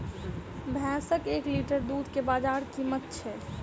भैंसक एक लीटर दुध केँ बजार कीमत की छै?